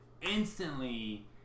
Instantly